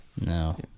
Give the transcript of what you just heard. No